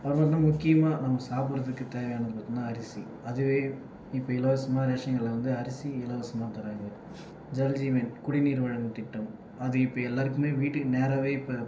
அப்புறம் வந்து முக்கியமாக நம்ப சாப்புடறத்துக்கு தேவையானது பார்த்தோம்னா அரிசி அதுவே இப்போ இலவசமாக ரேஷன் கடையில் வந்து இப்போ அரிசி இலவசமாக தராங்க ஜல் ஜீவன் குடிநீர் வழங்கும் திட்டம் அது இப்போ எல்லோருக்குமே வீட்டுக்கு நேராகவே இப்போ